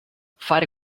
fare